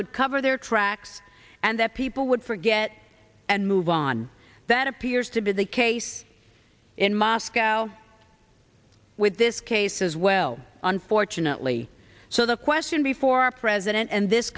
would cover their tracks and that people would forget and move on that appears to be the case in moscow with this case as well unfortunately so the question before our president and this